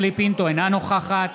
אינה נוכחת